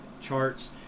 charts